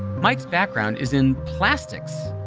mike's background is in plastics,